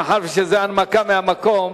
מאחר שזה הנמקה מהמקום,